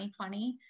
2020